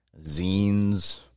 zines